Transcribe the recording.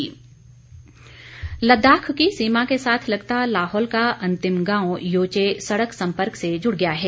सड़क सम्पर्क लद्दाख की सीमा के साथ लगता लाहौल का अंतिम गांव योचे सड़क सम्पर्क से जुड़ गया है